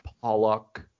Pollock